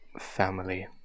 family